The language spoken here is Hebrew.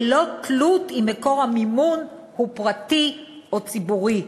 ללא תלות אם מקור המימון הוא פרטי או ציבורי.